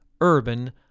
Urban